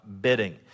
bidding